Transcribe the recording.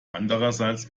andererseits